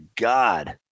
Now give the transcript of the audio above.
God